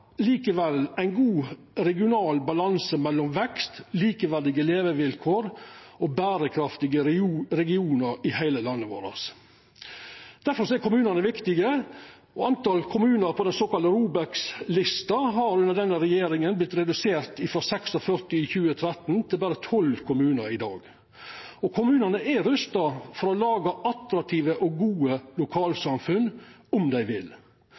ein god regional balanse mellom vekst, likeverdige levevilkår og berekraftige regionar i heile landet vårt. Difor er kommunane viktige. Talet på kommunar på den såkalla ROBEK-lista har under denne regjeringa vorte redusert frå 46 i 2013 til berre 12 i dag, og kommunane er rusta for å laga attraktive og gode lokalsamfunn om dei vil.